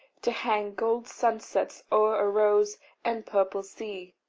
to hang gold sunsets o'er a rose and purple sea!